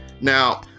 Now